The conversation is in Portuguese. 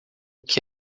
que